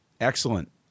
Excellent